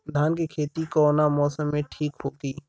धान के खेती कौना मौसम में ठीक होकी?